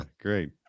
great